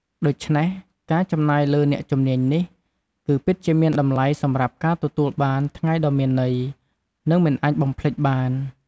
ដូច្នេះ ការចំណាយលើអ្នកជំនាញនេះ គឺពិតជាមានតម្លៃសម្រាប់ការទទួលបានថ្ងៃដ៏មានន័យ និងមិនអាចបំភ្លេចបាន។